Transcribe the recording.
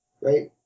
right